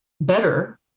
better